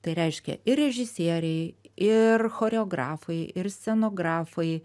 tai reiškia ir režisieriai ir choreografai ir scenografai